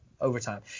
overtime